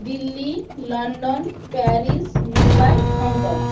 Delhi London Paris Mumbai Hong Kong